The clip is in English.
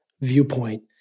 viewpoint